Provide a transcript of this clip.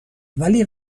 ولی